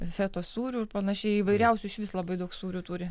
fetos sūrių ir panašiai įvairiausių išvis labai daug sūrių turi